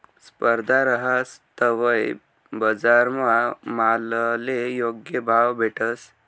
स्पर्धा रहास तवय बजारमा मालले योग्य भाव भेटस